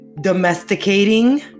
domesticating